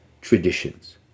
traditions